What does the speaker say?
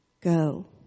go